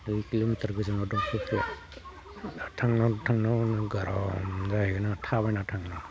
दुइ किल'मिटार गोजानाव दं फुख्रिया दा थांना थांनायावनो गरम जाहैगोन आं थाबायना थांना